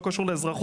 לא קשור לאזרחות,